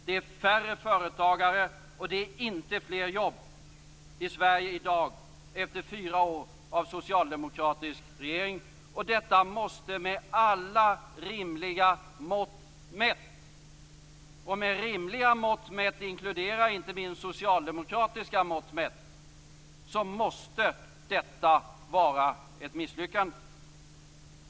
Det är färre företagare och det är inte fler jobb i Sverige i dag efter fyra år av socialdemokratisk regering. Detta måste med alla rimliga mått mätt - och i rimliga mått inkluderar jag inte minst socialdemokratiska mått - vara ett misslyckande.